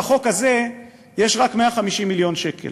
לחוק הזה יש רק 150 מיליון שקל.